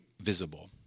visible